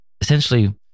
Essentially